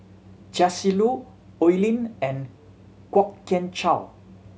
Chia Shi Lu Oi Lin and Kwok Kian Chow